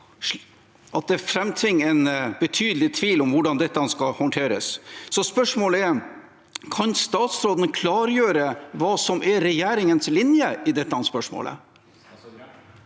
at det framtvinger en betydelig tvil om hvordan dette skal håndteres. Spørsmålet er: Kan statsråden klargjøre hva som er regjeringens linje i dette spørsmålet?